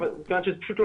מכיוון שזה פשוט לא